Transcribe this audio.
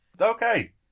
Okay